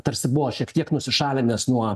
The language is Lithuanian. tarsi buvo šiek tiek nusišalinęs nuo